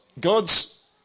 God's